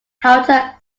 helter